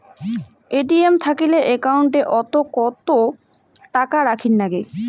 ATM থাকিলে account ওত কত টাকা রাখীর নাগে?